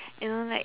you know like